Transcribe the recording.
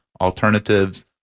alternatives